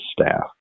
staff